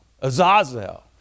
azazel